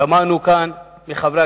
שמענו כאן מחברי